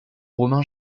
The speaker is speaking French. romain